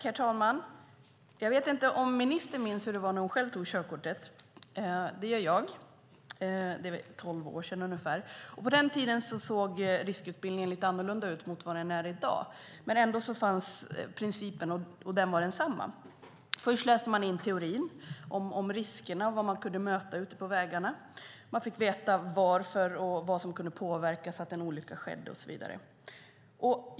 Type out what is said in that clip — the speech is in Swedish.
Herr talman! Jag vet inte om ministern minns hur det var när hon själv tog körkort. Det gör jag. Det var ungefär tolv år sedan. På den tiden såg riskutbildningen lite annorlunda ut än den gör i dag. Ändå fanns principen, och den var densamma. Först läste man in teorin om riskerna och vad man kunde möta ute på vägarna. Man fick veta varför och vad som kunde påverka att en olycka skedde och så vidare.